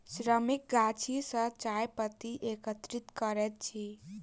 श्रमिक गाछी सॅ चाय पत्ती एकत्रित करैत अछि